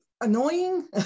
annoying